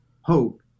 hope